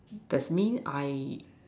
that's mean I